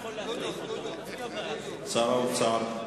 שר האוצר.